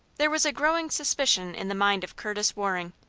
there was a growing suspicion in the mind of curtis waring.